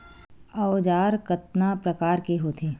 औजार कतना प्रकार के होथे?